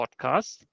podcast